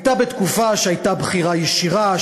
הייתה בתקופה שהייתה בחירה ישירה,